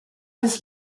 his